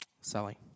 Sally